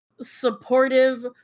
supportive